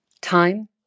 time